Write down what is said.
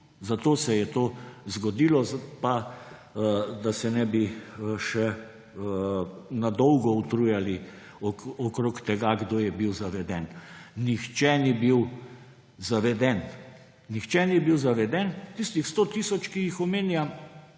zato se je to zgodilo. Pa da se ne bi še na dolgo utrujali okrog tega, kdo je bil zaveden – nihče ni bil zaveden. Nihče ni bil zaveden. Tistih 100 tisoč, ki jih omenja